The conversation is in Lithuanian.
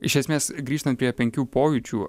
iš esmės grįžtant prie penkių pojūčių